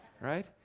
Right